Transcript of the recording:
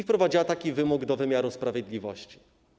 Wprowadziła taki wymóg do wymiaru sprawiedliwości.